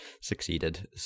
succeeded